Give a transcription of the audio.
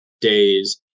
days